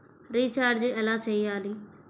Recharge ఎలా చెయ్యాలి?